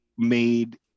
made